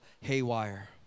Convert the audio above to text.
haywire